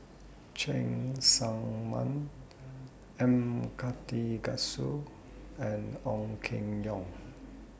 Cheng Tsang Man M Karthigesu and Ong Keng Yong